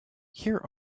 here